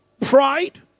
Pride